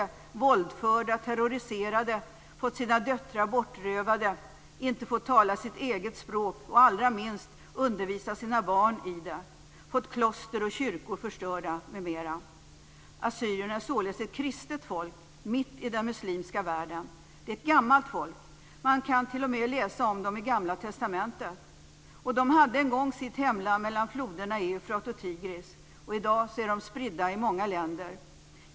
De har blivit våldförda, terroriserade, fått sina döttrar bortrövade, inte fått tala sitt eget språk, allra minst undervisa sina barn i det, fått kloster och kyrkor förstörda, m.m. Assyrierna är således ett kristet folk mitt i den muslimska världen. Det är ett gammalt folk. Man kan t.o.m. läsa om dem i Gamla testamentet. De hade en gång sitt hemland mellan floderna Eufrat och Tigris. I dag är de spridda i många länder.